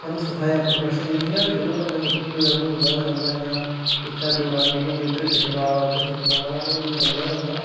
सिखाया प्रोफेशनली इयां ते चलो बंदा निक्के होंदे दा दौड़दा गै रोौंहदा इयां इत्थै दौड़ा दा होंदा कदें इद्धर खिट्ट लारदा उद्धर खिट्ट लारदा एह् ते चलदा गै रौंह्दा